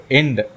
end